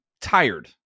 tired